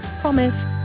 Promise